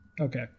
Okay